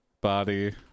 body